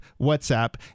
WhatsApp